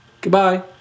Goodbye